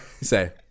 say